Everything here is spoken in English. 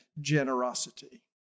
generosity